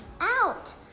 out